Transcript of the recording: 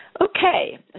Okay